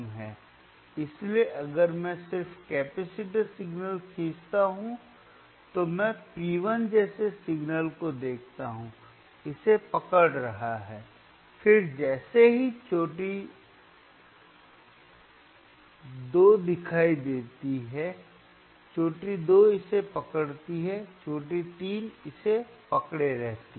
इसीलिए अगर मैं सिर्फ कैपेसिटर सिग्नल खींचता हूं तो मैं P1 जैसे सिग्नल को देखता हूं इसे पकड़ रहा है फिर जैसे ही चोटी 2 दिखाई देती है चोटी 2 इसे पकड़ती है चोटी 3 इसे पकड़े रहती है